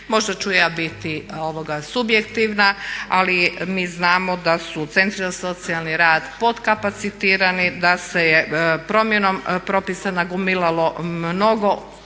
Možda ću ja biti subjektivna, ali mi znamo da su centri za socijalni rad podkapacitirani, da se je promjeno propisa nagomilalo mnogo